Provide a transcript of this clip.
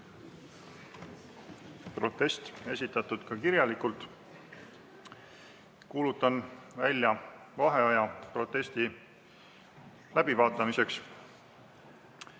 Protest on esitatud ka kirjalikult. Kuulutan välja vaheaja protesti läbivaatamiseks.